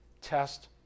test